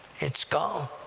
it's gone!